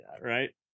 right